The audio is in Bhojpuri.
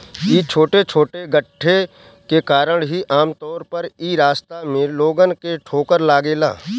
इ छोटे छोटे गड्ढे के कारण ही आमतौर पर इ रास्ता में लोगन के ठोकर लागेला